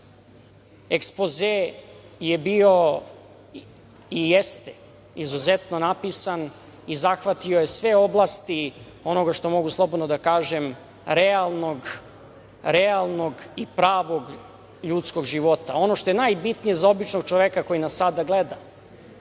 ekspoze je bio i jeste izuzetno napisan i zahvatio je sve oblasti onoga što mogu slobodno da kažem realnog i pravog ljudskog života. Ono što je najbitnije za običnog čoveka koji nas sada gleda,